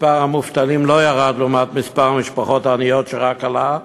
מספר המובטלים לא ירד לעומת מספר המשפחות העניות שרק עלה,